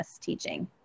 teaching